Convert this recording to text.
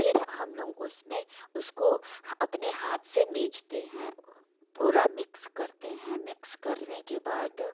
फिर हम लोग उसमें उसको अपने हाथ से मीचते हैं पूरा मिक्स करते हैं मिक्स करने के बाद